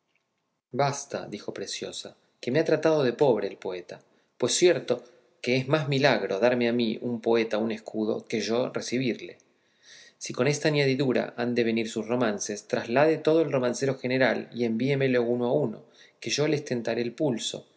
basta dijo preciosa que me ha tratado de pobre el poeta pues cierto que es más milagro darme a mí un poeta un escudo que yo recebirle si con esta añadidura han de venir sus romances traslade todo el romancero general y envíemelos uno a uno que yo les tentaré el pulso y